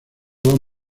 dos